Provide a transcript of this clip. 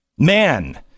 Man